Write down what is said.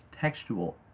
textual